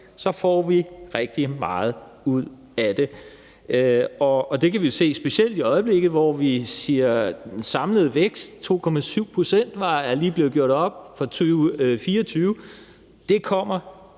set får vi rigtig meget ud af det. Og det kan vi jo se specielt i øjeblikket, hvor vi ser, at den samlede vækst, 2,7 pct., lige er blevet gjort op for 2024. En stor